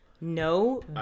no